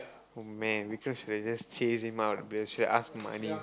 oh man Vikram should have just chased him out because should ask for money